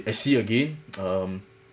I see again um